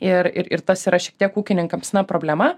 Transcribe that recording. ir ir ir tas yra šiek tiek ūkininkams na problema